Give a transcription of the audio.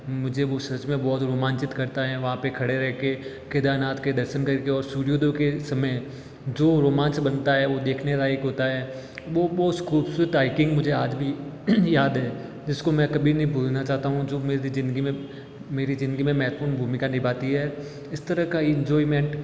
मुझे वो सच में बहुत रोमांचित करता है वहाँ पे खड़े रह के केदारनाथ के दर्शन करके और सूर्योदय के समय जो रोमांच बनता है वो देखने लायक होता है वो खूबसूरत हाइकिंग मुझे आज भी याद है जिसको मैं कभी नहीं भूलना चाहता हूँ जो मेरी ज़िंदगी में मेरी ज़िंदगी में महत्वपूर्ण भूमिका निभाती है इस तरह का एन्जोयमेंट